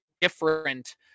different